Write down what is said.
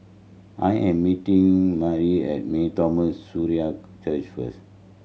I am meeting Mari at Mar Thoma Syrian Church first